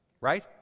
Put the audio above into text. Right